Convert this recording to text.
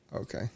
Okay